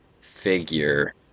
figure